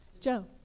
Joe